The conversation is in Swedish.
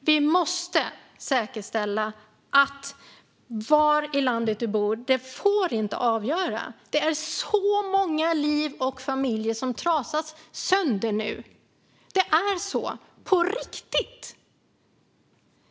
Vi måste säkerställa att var i landet man bor inte får avgöra. Det är så många liv och familjer som nu trasas sönder. Så är det, på riktigt!